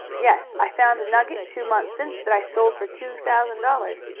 yes i found a nugget two months since that i sold for two thousand dollars.